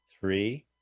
Three